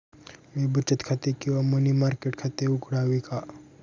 मी बचत खाते किंवा मनी मार्केट खाते उघडावे का?